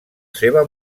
seva